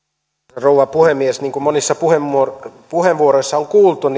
rouva puhemies niin kuin monista puheenvuoroista on kuultu